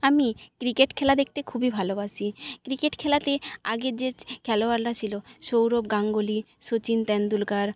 আমি ক্রিকেট খেলা দেখতে খুবই ভালোবাসি ক্রিকেট খেলাতে আগের যে খেলোয়াড়রা ছিলো সৌরভ গাঙ্গুলী শচিন তেন্ডুলকার